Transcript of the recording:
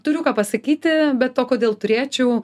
turiu ką pasakyti bet o kodėl turėčiau